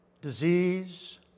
disease